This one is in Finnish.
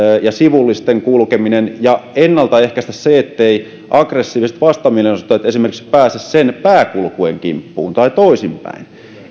ja sivullisten kulkeminen ja ennalta ehkäisemään se etteivät aggressiiviset vastamielenosoittajat esimerkiksi pääse pääkulkueen kimppuun tai toisinpäin